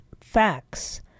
facts